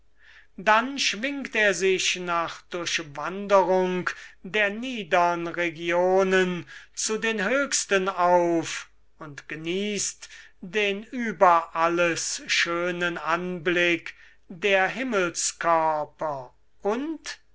dann schwingt er sich nach durchwanderung der niedern regionen zu den höchsten auf und genießt den über alles schönen anblick der himmelskörper und